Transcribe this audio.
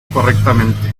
correctamente